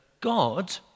God